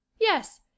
yes